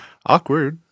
Awkward